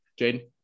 Jaden